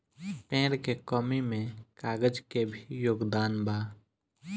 पेड़ के कमी में कागज के भी योगदान बा